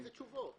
אילו תשובות?